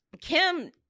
Kim